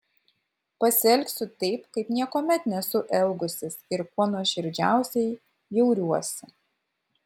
pasielgsiu taip kaip niekuomet nesu elgusis ir kuo nuoširdžiausiai bjauriuosi